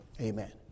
Amen